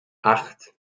acht